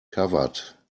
covered